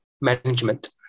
management